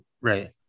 right